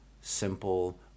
simple